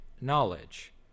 knowledge